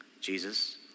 Jesus